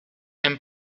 and